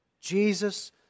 Jesus